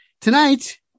tonight